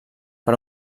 per